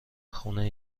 خونه